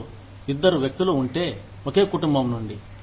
మీకు ఇద్దరూ వ్యక్తులు ఉంటే ఒకే కుటుంబం నుండి